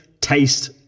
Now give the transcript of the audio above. taste